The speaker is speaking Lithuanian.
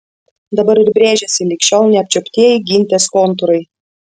dabar ir brėžiasi lig šiol neapčiuoptieji gintės kontūrai